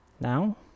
Now